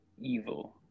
evil